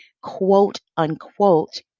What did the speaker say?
quote-unquote